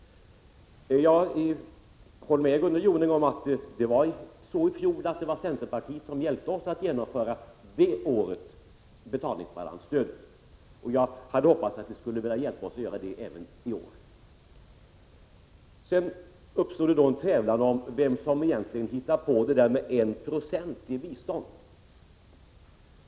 Jag håller med Gunnel Jonäng om att det i fjol var centerpartiet som hjälpte oss att den gången genomföra betalningsbalansstödet. Jag hade hoppats att man skulle göra det även i år. Det har här uppstått en tävlan om vem som egentligen har fött tanken om 1 Jo i bistånd.